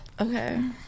okay